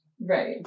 right